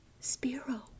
Spiro